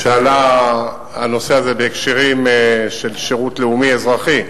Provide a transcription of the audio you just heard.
כשעלה הנושא הזה בהקשרים של שירות לאומי אזרחי,